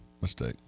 Mistake